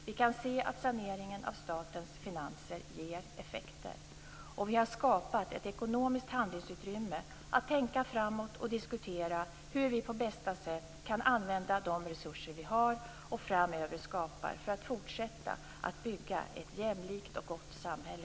Vi kan se att saneringen av statens finanser ger effekter. Vi har skapat ett ekonomiskt handlingsutrymme att tänka framåt och diskutera hur vi på bästa sätt kan använda de resurser vi har och framöver skapa för att fortsätta att bygga ett jämlikt och gott samhälle.